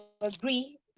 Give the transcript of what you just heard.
agree